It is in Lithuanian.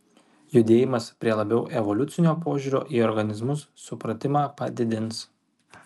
judėjimas prie labiau evoliucinio požiūrio į organizmus supratimą padidins